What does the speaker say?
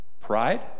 Pride